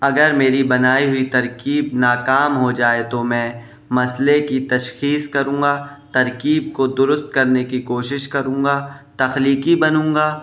اگر میری بنائی ہوئی ترکیب ناکام ہو جائے تو میں مسئلے کی تشخیص کروں گا ترکیب کو درست کرنے کی کوشش کروں گا تخلیقی بنوں گا